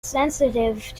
sensitive